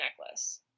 Necklace